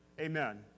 Amen